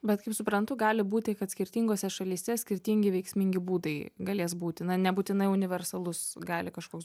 bet kaip suprantu gali būti kad skirtingose šalyse skirtingi veiksmingi būdai galės būti na nebūtinai universalus gali kažkoks